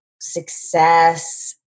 success